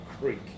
creek